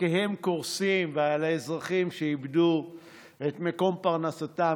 שעסקיהם קורסים ועל האזרחים שאיבדו את מקום פרנסתם,